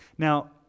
Now